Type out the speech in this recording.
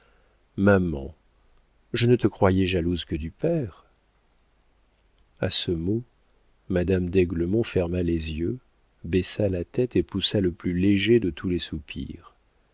maman je ne te croyais jalouse que du père a ce mot madame d'aiglemont ferma les yeux baissa la tête et poussa le plus léger de tous les soupirs